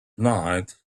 night